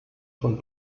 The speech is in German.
von